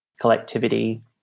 collectivity